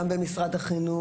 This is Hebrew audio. גם במשרד החינוך,